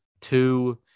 two